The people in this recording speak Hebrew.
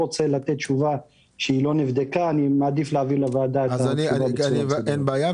אין בעיה.